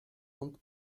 und